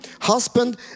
husband